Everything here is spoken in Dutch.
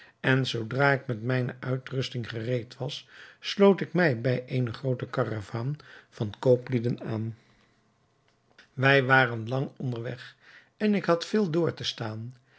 en zoodra ik met mijne uitrusting gereed was sloot ik mij bij eene groote karavaan van kooplieden aan wij waren lang onder weg en ik had veel door te staan